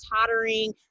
tottering